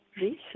research